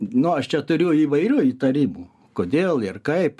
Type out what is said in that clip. no aš čia turiu įvairių įtarimų kodėl ir kaip